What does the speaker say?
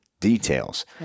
details